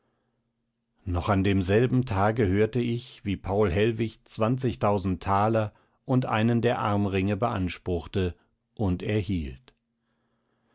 noch an demselben tage hörte ich wie paul hellwig zwanzigtausend thaler und einen der armringe beanspruchte und erhielt